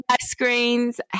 screens